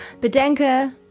Bedenke